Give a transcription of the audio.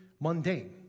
mundane